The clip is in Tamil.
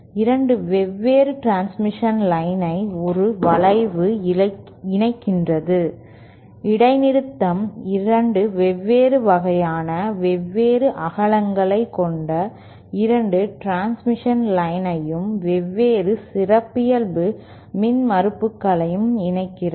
2 வெவ்வேறு டிரான்ஸ்மிஷன் லைன் ஐ ஒரு வளைவு இணைக்கிறது இடைநிறுத்தம் 2 வெவ்வேறு வகையான வெவ்வேறு அகலங்களை கொண்ட 2 டிரான்ஸ்மிஷன் லைனையும் வெவ்வேறு சிறப்பியல்பு மின்மறுப்புகளையும் இணைக்கிறது